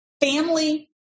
family